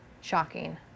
shocking